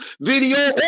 video